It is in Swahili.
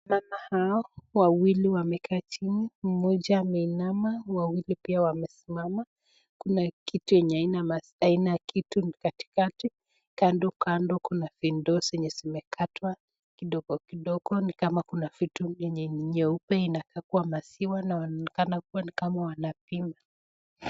Mama hao, wawili wamekaa chini, mmoja ameinama, wawili pia wamesimama. Kuna kitu yenye aina kitu katikati. Kando kando kuna vindoo zenye zimekatwa kidogo kidogo ni kama kuna vitu vyenye ni nyeupe inakaa kuwa maziwa na wanaonekana ni kama wanapima.